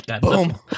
Boom